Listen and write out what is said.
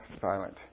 silent